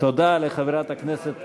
תודה לחברת הכנסת